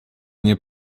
nie